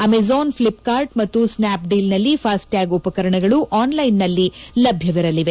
Amazon Flipkart ಹಾಗೂ ಸ್ನಾಪ್ಡೀಲ್ನಲ್ಲಿ FASTag ಉಪಕರಣಗಳು ಆನ್ಲೈನ್ನಲ್ಲಿ ಲಭ್ಯವಿರಲಿದೆ